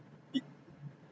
it